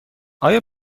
آیا